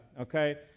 Okay